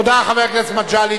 תודה, חבר הכנסת מגלי.